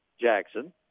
Jackson